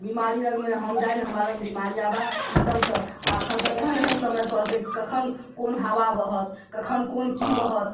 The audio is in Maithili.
बिमारी लगमे नहि हम जाइ नहि हमरा लगमे बिमारी आबए एकदमसँ एखन तऽ एहन एहन समय पड़ल छै कि कखन कोन हवा बहत कखन कोन की बहत